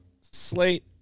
slate